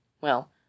Well